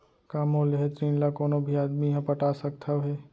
का मोर लेहे ऋण ला कोनो भी आदमी ह पटा सकथव हे?